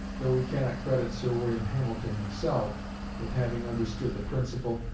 though we cannot credit sir william hamilton himself with having understood the principle,